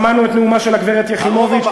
שמענו את נאומה של הגברת יחימוביץ.